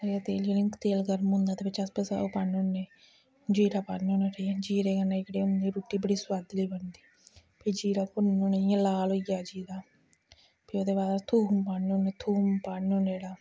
सरेआं दा तेल तेल गर्म होंदा ते बिच्च अस ओह् पान्ने होन्ने जीरा पान्ने होन्ने जीरे कन्नै जेह्ड़ी होंदी रुट्टी बड़ी सोआदली बनदी फ्ही जीरा भुन्नी भुन्नी इ'यां लाल होई जा जीरा फ्ही ओह्दे बाद थोम पान्ने होन्ने थोम पान्ने होन्ने जेह्ड़ा